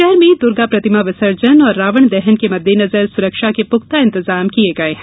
शहर में दूर्गा प्रतिमा विसर्जन और रावण दहन के मद्देनजर सुरक्षा के पुख्ता इंतजाम किये गये हैं